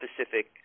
specific